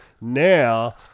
Now